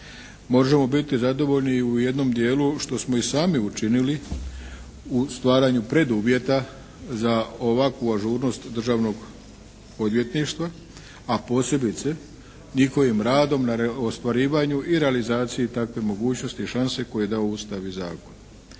Možemo biti zadovoljni i u jednom dijelu što smo i sami učinili u stvaranju preduvjeta za ovakvu ažurnost Državnog odvjetništva a posebice njihovim radom na ostvarivanju i realizaciji takve mogućnosti i šanse koje je dao Ustav i zakon.